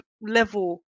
level